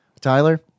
Tyler